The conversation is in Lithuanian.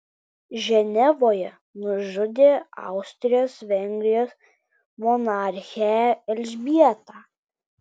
ženevoje nužudė austrijos vengrijos monarchę elžbietą